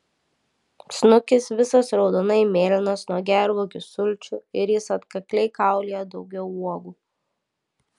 snukis visas raudonai mėlynas nuo gervuogių sulčių ir jis atkakliai kaulija daugiau uogų